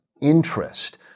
interest